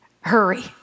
hurry